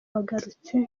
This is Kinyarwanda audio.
bagarutse